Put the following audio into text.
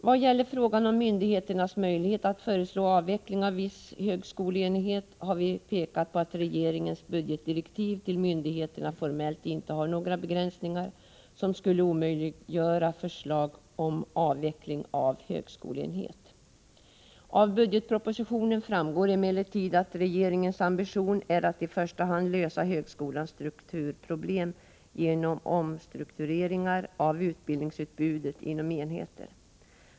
Vad gäller frågan om myndigheternas möjlighet att föreslå avveckling av viss högskoleenhet har vi pekat på att regeringens budgetdirektiv till myndigheterna formellt inte har några begränsningar, som skulle omöjliggöra förslag om avveckling av högskoleenhet. Av budgetpropositionen framgår emellertid att regeringens ambition är att i första hand lösa högskolans strukturproblem genom omstruktureringar av utbildningsutbudet inom enheter.